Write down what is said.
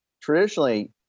traditionally